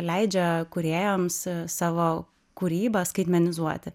leidžia kūrėjams savo kūrybą skaitmenizuoti